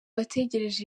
bategereje